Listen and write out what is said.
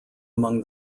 among